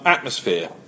Atmosphere